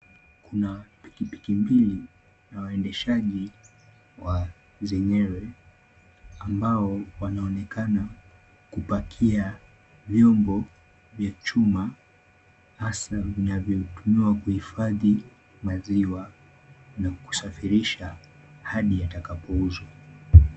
Kuna pikipiki mbili na waendeshaji wa zenyewe, ambao wanaonekana kupackia vyombo vya chuma haswa vinavyotumiwa kuhifadhi maziwa na kusafirisha hadi yatakapouzwa.